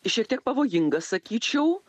šiek tiek pavojingas sakyčiau